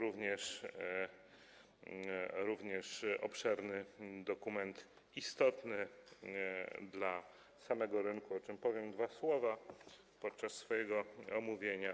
To również jest obszerny dokument, istotny dla samego rynku, o czym powiem dwa słowa podczas swojego omówienia.